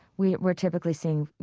we're we're typically seeing, you